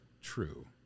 true